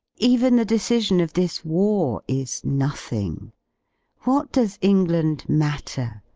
even the decision of this war is nothing what does england matter,